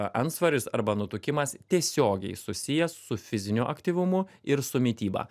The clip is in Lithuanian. antsvoris arba nutukimas tiesiogiai susijęs su fiziniu aktyvumu ir su mityba